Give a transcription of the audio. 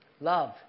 Love